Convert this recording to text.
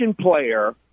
player